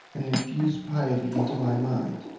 and infused piety into my mind,